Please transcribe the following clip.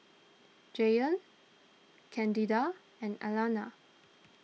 Jaylon Candida and Alanna